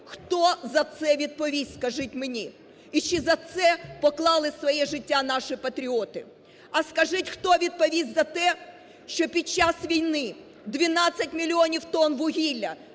Хто за це відповість, скажіть мені? І чи за це поклали свої життя наші патріоти? А скажіть, хто відповість за те, що під час війни 12 мільйонів тонн вугілля